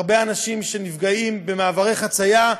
הרבה אנשים נפגעים במעברי חציה,